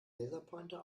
laserpointer